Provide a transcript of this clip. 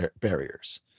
Barriers